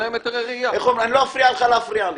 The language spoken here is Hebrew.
אני לא אפריע לך להפריע לי.